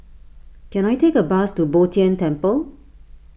can I take a bus to Bo Tien Temple